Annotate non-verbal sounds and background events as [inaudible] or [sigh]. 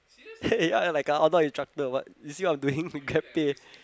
[laughs] ya like a outdoor instructor or what instead of doing GrabPay